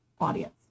audience